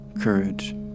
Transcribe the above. courage